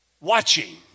watching